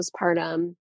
postpartum